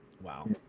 Wow